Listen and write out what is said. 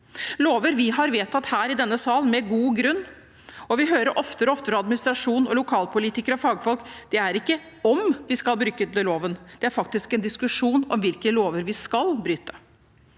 lover vi har vedtatt her i denne sal med god grunn, og vi hører oftere og oftere fra administrasjon, lokalpolitikere og fagfolk at det ikke er spørsmål om de skal bryte loven. Det er faktisk en diskusjon om hvilke lover de skal bryte.